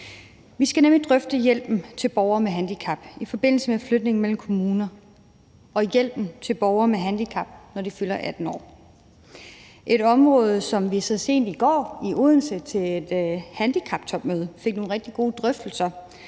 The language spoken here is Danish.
Vi skal nemlig drøfte hjælpen til borgere med handicap i forbindelse med flytning mellem kommuner og hjælpen til borgere med handicap, når de fylder 18 år, et område, som vi så sent som i går i Odense til et handicaptopmøde fik nogle rigtig gode drøftelser